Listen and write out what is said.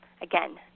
again